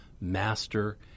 master